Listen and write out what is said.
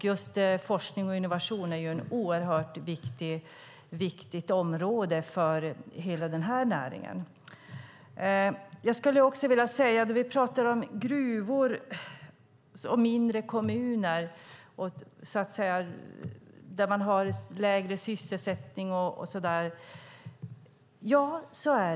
Just forskning och innovation är ett oerhört viktigt område för hela den här näringen. Vi pratar om gruvor och mindre kommuner där man har lägre sysselsättning.